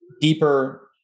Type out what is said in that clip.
deeper